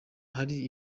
hari